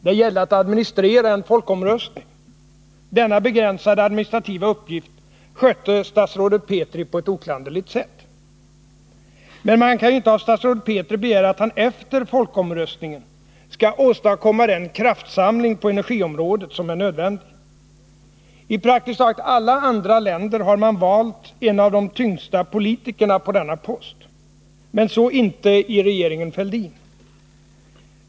Det gällde att administrera en folkomröstning. Denna begränsade administrativa uppgift skötte statsrådet Petri på ett oklanderligt sätt. Men man kan inte av statsrådet Petri begära att han efter folkomröstningen skall åstadkomma den kraftsamling på energiområdet som är nödvändig. I praktiskt taget alla andra länder har man valt en av de tyngsta politikerna till denna post — men så inte regeringen Fälldin.